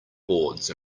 boards